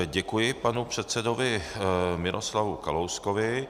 Děkuji panu předsedovi Miroslavu Kalouskovi.